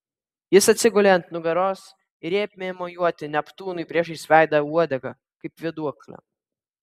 jis atsigulė ant nugaros ir ėmė mojuoti neptūnui priešais veidą uodega kaip vėduokle